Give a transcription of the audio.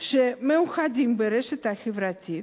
שמאוחדים ברשת חברתית,